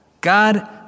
God